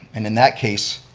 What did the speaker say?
and in that case,